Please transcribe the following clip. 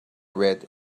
red